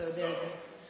ואתה יודע את זה,